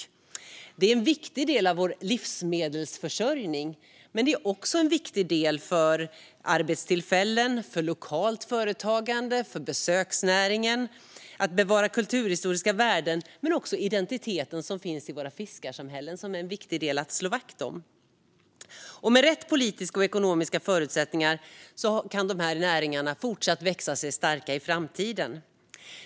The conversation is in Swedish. Detta är en viktig del av vår livsmedelsförsörjning men också viktigt för arbetstillfällen, lokalt företagande och besöksnäring och för att bevara både kulturhistoriska värden och den identitet som finns i våra fiskarsamhällen, som är viktig att slå vakt om. Med rätt politiska och ekonomiska förutsättningar kan dessa näringar fortsätta att växa sig starka i framtiden.